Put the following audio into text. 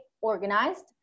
organized